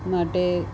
માટે